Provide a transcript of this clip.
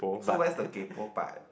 so where's the kaypoh part